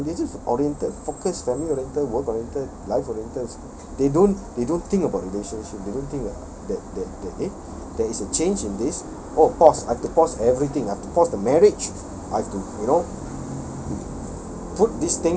and men most of the time they're just oriented focus family oriented work oriented life oriented they don't they don't think about relationship they don't think that that that eh there is a change in this oh pause I have to pause everything I have to pause the marriage I've to you know